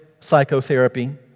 psychotherapy